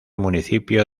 municipio